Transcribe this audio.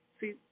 See